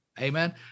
Amen